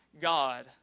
God